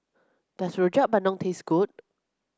does Rojak Bandung taste good